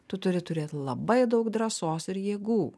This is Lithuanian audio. tu turi turėt labai daug drąsos ir jėgų